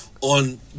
on